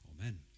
Amen